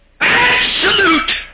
Absolute